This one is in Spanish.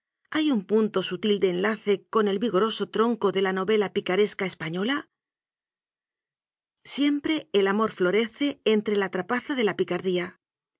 hay un punto su til de enlace con el vigoroso tronco de la novela picaresca española siempre el amor florece en tre la trapaza de la picardía